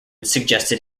suggested